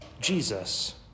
Jesus